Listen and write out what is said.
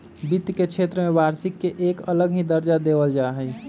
वित्त के क्षेत्र में वार्षिक के एक अलग ही दर्जा देवल जा हई